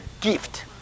gift